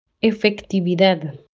efectividad